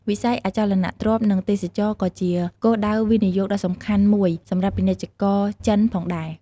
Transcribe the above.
វិស័យអចលនទ្រព្យនិងទេសចរណ៍ក៏ជាគោលដៅវិនិយោគដ៏សំខាន់មួយសម្រាប់ពាណិជ្ជករចិនផងដែរ។